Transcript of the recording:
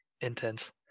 intense